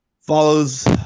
follows